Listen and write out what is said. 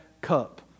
cup